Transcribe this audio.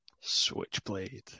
Switchblade